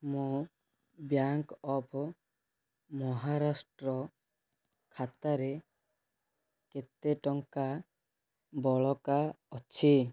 ମୋ bank of Maharashtra ଖାତାରେ କେତେ ଟଙ୍କା ବଳକା ଅଛି